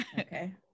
okay